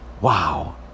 Wow